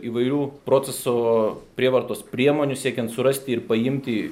įvairių proceso prievartos priemonių siekiant surasti ir paimti